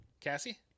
Cassie